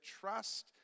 trust